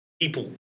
people